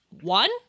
one